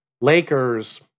lakers